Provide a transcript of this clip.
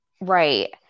right